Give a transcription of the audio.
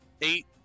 eight